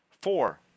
Four